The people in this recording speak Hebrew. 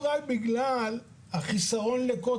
ולעניין זה רשאית היא להסתמך בקביעתה על תאגיד